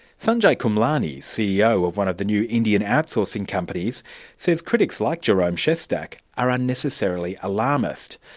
sanjay kamlani, ceo of one of the new indian outsourcing companies says critics like jerome shestack are unnecessarily alarmist.